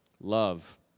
love